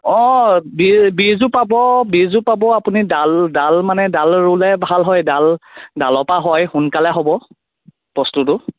অ' বীজো পাব বীজো পাব আপুনি ডাল মানে ডাল ৰুলে ভাল হয় ডাল ডালৰ পৰা হয় সোনকালে হ'ব বস্তুটো